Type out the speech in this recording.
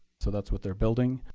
so that's what they're building.